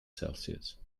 celsius